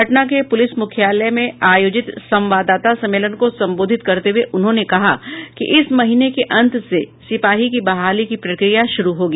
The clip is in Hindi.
पटना के पुलिस मुख्यालय में आयोजित संवाददाता सम्मेलन को संबोधित करते हुए उन्होंने कहा कि इस महीने के अंत से सिपाही की बहाली की प्रक्रिया शुरू होगी